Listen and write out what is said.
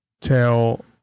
tell